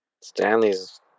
Stanley's